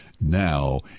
now